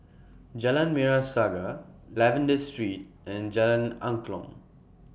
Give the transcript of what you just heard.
Jalan Merah Saga Lavender Street and Jalan Angklong